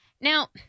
Now